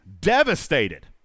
Devastated